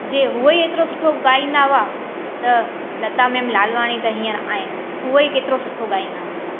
जीअं हूअ ई एतिरो सुठो ॻाईंदा हुआ त लता मेम लालवाणी त हींअर आहिनि उहे ई केतिरो सुठो ॻाईंदा हूंदा